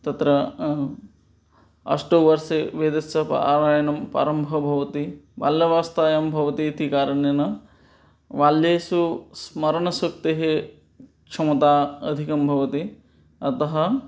तत्र अष्टवर्षे वेदस्य पारायणं प्रारम्भः भवति बाल्यावस्थायां भवति इति कारणेन बाल्येषु स्मरणशक्तेः क्षमता अधिकं भवति अतः